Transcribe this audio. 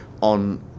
on